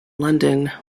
london